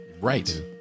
Right